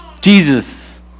Jesus